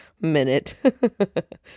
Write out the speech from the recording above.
minute